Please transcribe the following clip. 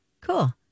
Cool